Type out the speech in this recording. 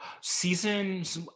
seasons